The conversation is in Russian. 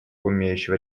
умеющего